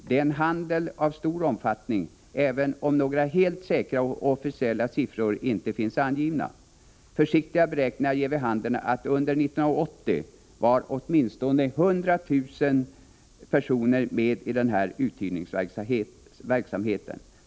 Det är en ”handel” av stor omfattning, även om några helt säkra och officiella siffror inte finns angivna. Försiktiga beräkningar ger vid handen att under 1980 var åtminstone 100 000 personer med i denna uthyrningsverksamhet.